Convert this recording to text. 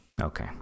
Okay